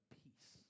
peace